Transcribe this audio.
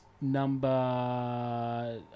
number